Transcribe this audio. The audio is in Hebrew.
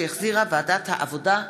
שהחזירה ועדת העבודה,